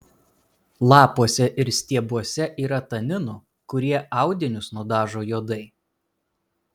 lapuose ir stiebuose yra taninų kurie audinius nudažo juodai